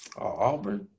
Auburn